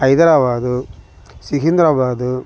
Hyderabad Secunderabad